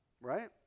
right